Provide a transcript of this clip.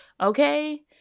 Okay